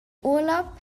urlaub